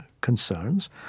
concerns